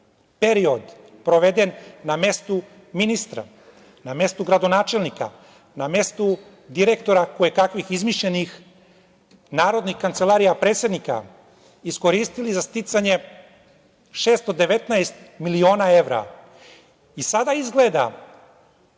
period proveden na mestu ministra, na mestu gradonačelnika, na mestu direktora koje kakvih izmišljenih narodnih kancelarija, predsednika, iskoristili za sticanje 619 miliona evra i sada izgleda